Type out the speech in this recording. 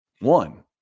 one